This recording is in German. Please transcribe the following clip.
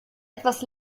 etwas